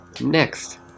Next